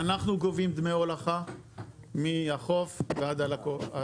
אנחנו גובים דמי הולכה מהחוף ועד הלקוח.